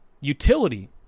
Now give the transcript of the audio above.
utility